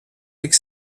tik